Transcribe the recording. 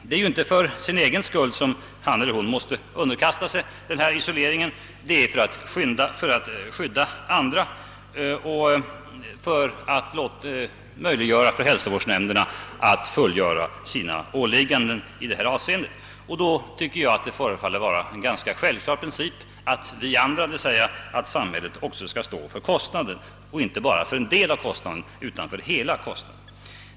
Det är ju inte för sin egen skull som han eller hon måste underkasta sig isoleringen, utan det är för att skydda andra och för att möjliggöra för hälsovårdsnämnderna att fullgöra sina åligganden. Då tycker jag det borde vara en ganska självklar princip att vi andra, d. v. s. samhället, också står för kostnaden — inte bara för en del utan för hela kostnaden.